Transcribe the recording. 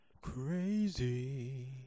Crazy